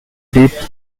deep